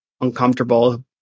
uncomfortable